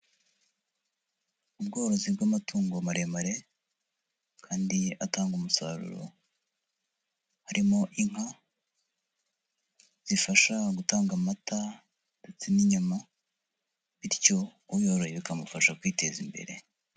Ubworozi bw'amatungo maremare kandi atanga umusaruro, harimo inka zifasha gutanga amata ndetse n'inyama ,bityo uyoroye bikamufasha kwiteza imbere.